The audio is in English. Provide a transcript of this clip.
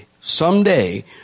Someday